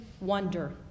wonder